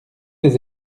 des